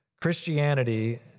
Christianity